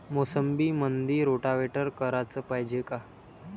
मोसंबीमंदी रोटावेटर कराच पायजे का?